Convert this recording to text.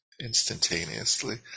instantaneously